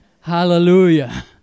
Hallelujah